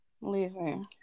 listen